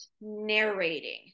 narrating